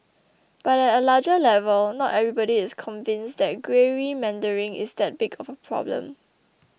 but at a larger level not everybody is convinced that gerrymandering is that big of a problem